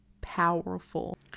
powerful